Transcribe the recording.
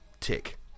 Tick